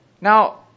Now